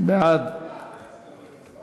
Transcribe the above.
הודעת הממשלה